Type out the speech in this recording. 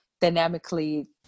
dynamically